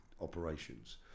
operations